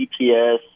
GPS